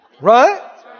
Right